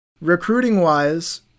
Recruiting-wise